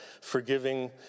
forgiving